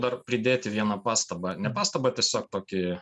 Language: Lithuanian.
dar pridėti vieną pastabą ne pastabą tiesiog tokį